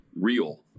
real